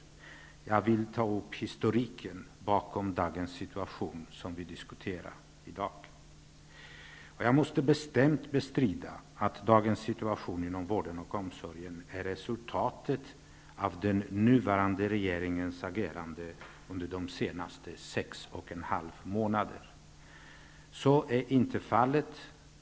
Jag vill ta upp historiken bakom dagens situation som vi här diskuterar. Jag måste bestämt bestrida att dagens situation inom vården och omsorgen är resultatet av den nuvarande regeringens agerande under de senaste 6,5 månaderna. Så är inte fallet.